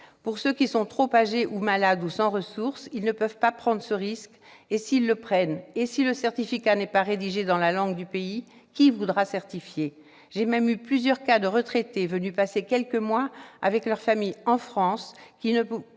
Ceux qui sont trop âgés, malades ou sans ressources ne peuvent pas prendre ce risque. Par ailleurs, si le certificat n'est pas rédigé dans la langue du pays, qui voudra certifier ? J'ai même vu plusieurs cas de retraités venus passer quelques mois avec leur famille en France,